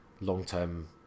long-term